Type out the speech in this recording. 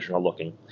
looking